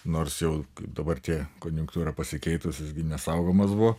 nors jau dabar tie konjunktūra pasikeitusi nesaugomas buvo